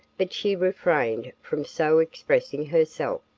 but she refrained from so expressing herself.